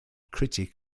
critic